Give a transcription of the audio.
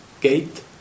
gate